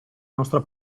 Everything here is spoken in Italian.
nostra